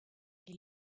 est